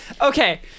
Okay